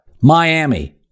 Miami